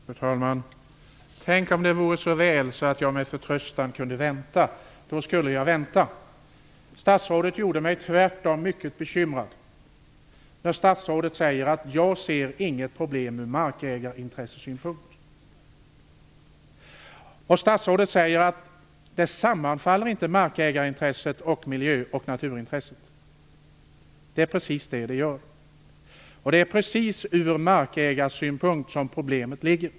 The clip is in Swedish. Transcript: Fru talman! Tänk om det vore så väl att jag med förtröstan kunde vänta. Då skulle jag vänta. Statsrådet gör mig tvärtom mycket bekymrad när statsrådet säger: Jag ser inget problem ur markägarintressesynpunkt. Statsrådet säger att markägarintresset och miljö och naturintresset inte sammanfaller. Det är precis vad det gör. Det är just ur markägarsynpunkt som problemet ligger.